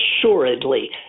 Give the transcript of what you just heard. assuredly